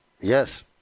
Yes